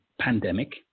pandemic